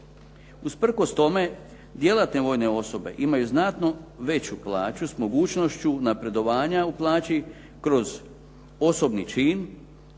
Usprkos tome djelatne vojne osobe imaju znatno veću plaću s mogućnošću napredovanja u plaći kroz osobni čin,